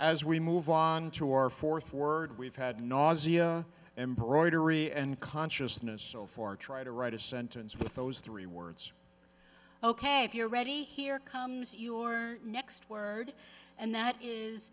as we move on to our fourth word we've had nausea embroidery and consciousness so for try to write a sentence with those three words ok if you're ready here comes your next word and that is